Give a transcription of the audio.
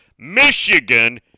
Michigan